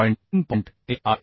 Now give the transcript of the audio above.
4